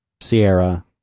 Sierra